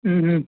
હંમ